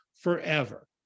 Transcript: forever